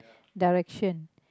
direction